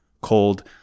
cold